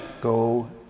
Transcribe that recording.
Go